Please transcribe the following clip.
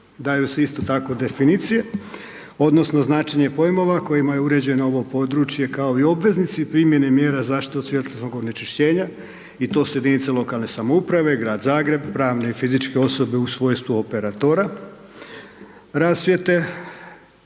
Daju se, isto tako, definicije, odnosno značenje pojmova kojima je uređeno ovo područje kao i obveznici primjene mjera zaštite od svjetlosnih onečišćenja i to su jedinice lokalne samouprave, grad Zagreb, pravne i fizičke osobe u svojstvu operatora rasvjete,